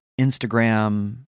Instagram